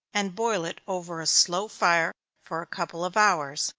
and boil it over a slow fire for a couple of hours.